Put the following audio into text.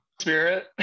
Spirit